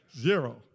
Zero